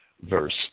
verse